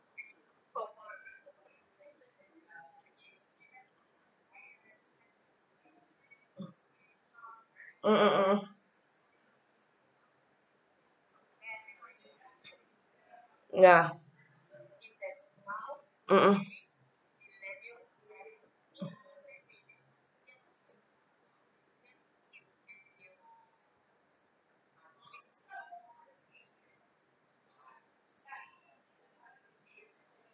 mm mm mm yeah mm mm